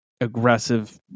aggressive